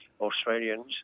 Australians